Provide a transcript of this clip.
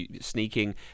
sneaking